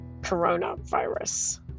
Coronavirus